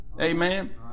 Amen